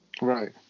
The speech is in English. Right